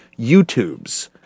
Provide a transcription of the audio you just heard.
YouTubes